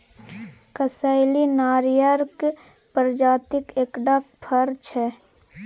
कसैली नारियरक प्रजातिक एकटा फर छै